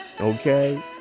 Okay